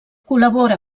col·labora